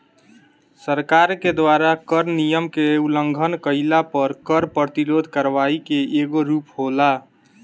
सरकार के द्वारा कर नियम के उलंघन कईला पर कर प्रतिरोध करवाई के एगो रूप होला